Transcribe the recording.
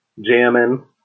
jamming